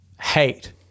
hate